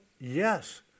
Yes